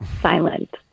silent